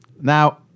Now